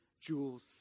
jewels